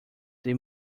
they